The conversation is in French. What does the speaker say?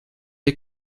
est